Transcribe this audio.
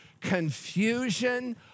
confusion